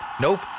Nope